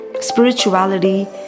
spirituality